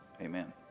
amen